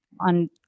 on